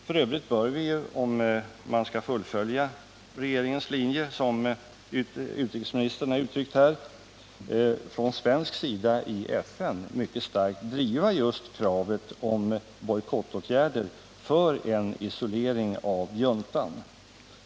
F. ö. bör vi, om man skall fullfölja regeringens linje som utrikesministern har uttryckt här, från svensk sida i FN mycket starkt driva just kravet på bojkattåtgärder för en isolering av juntan.